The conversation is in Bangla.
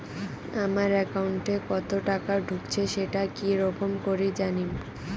আমার একাউন্টে কতো টাকা ঢুকেছে সেটা কি রকম করি জানিম?